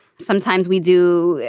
sometimes we do.